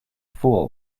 fool